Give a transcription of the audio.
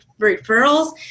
referrals